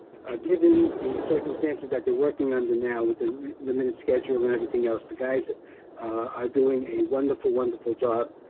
ah given the circumstances that they're working on the now with the limited schedule and everything else. the guys are doing a wonderful, wonderful job.